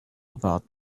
about